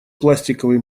пластиковый